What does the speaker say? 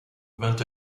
vingt